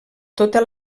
tota